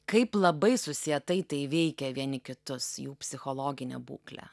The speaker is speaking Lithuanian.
kaip labai susietai tai veikia vieni kitus jų psichologinę būklę